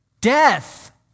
death